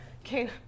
Okay